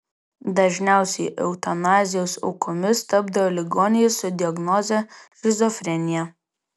dažniausiai eutanazijos aukomis tapdavo ligoniai su diagnoze šizofrenija